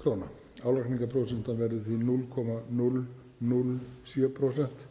kr. Álagningarprósentan verður því 0,007%